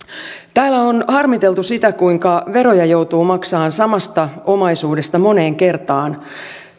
täällä on harmiteltu sitä kuinka veroja joutuu maksamaan samasta omaisuudesta moneen kertaan